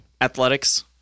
Athletics